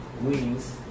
wings